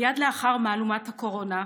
מייד לאחר מהלומת הקורונה,